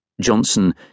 Johnson